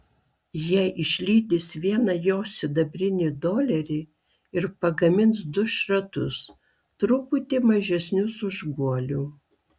jie išlydys vieną jo sidabrinį dolerį ir pagamins du šratus truputį mažesnius už guolių